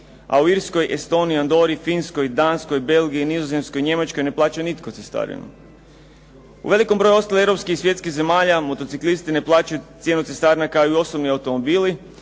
a u Irskoj, Estoniji, Andori, Finskoj, Danskoj, Belgiji, Nizozemskoj, Njemačkoj ne plaća nitko cestarinu. U velikom broju ostalih europskih i svjetskih zemalja motociklisti ne plaćaju cijenu cestarina kao i osobni automobili,